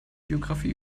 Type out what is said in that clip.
biografie